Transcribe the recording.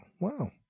wow